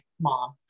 mom